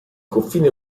confine